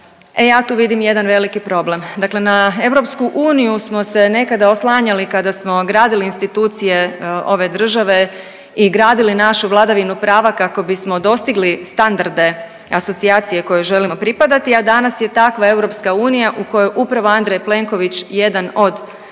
e ja tu vidim jedan veliki problem. Dakle na EU smo se nekada oslanjali kada smo gradili institucije ove države i gradili našu vladavinu prava kako bismo dostigli standarde asocijacije kojoj želimo pripadati, a danas je takva EU u kojoj upravo Andrej Plenković jedan od